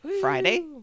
Friday